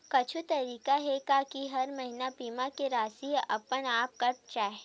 कुछु तरीका हे का कि हर महीना बीमा के राशि हा अपन आप कत जाय?